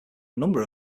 number